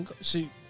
See